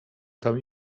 tam